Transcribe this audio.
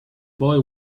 boy